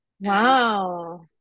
Wow